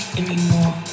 anymore